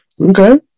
Okay